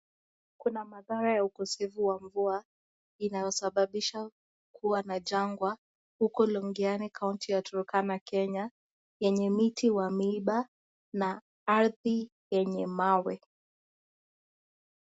Kuna madhara ya ukosefu wa mvua inayo sababisha kua na janga huku Longiani County ya Turkana Kenya yenye mti ya miiba na ardhi yenye mawe.